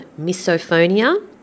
misophonia